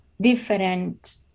different